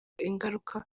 ingaruka